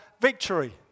victory